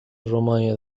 romanya